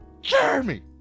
Jeremy